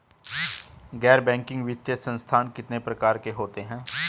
गैर बैंकिंग वित्तीय संस्थान कितने प्रकार के होते हैं?